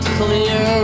clear